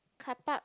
car park